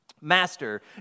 Master